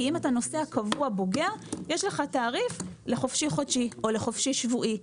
כי לנוסע קבוע יש תעריף לחופשי חודשי או לחופשי שבועי.